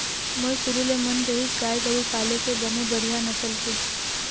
मोर शुरु ले मन रहिस गाय गरु पाले के बने बड़िहा नसल के